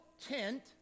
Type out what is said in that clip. tent